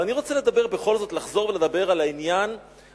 אני בכל זאת רוצה לחזור ולדבר על העניין הזה,